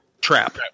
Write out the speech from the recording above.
Trap